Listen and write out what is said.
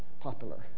popular